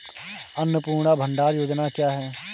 अन्नपूर्णा भंडार योजना क्या है?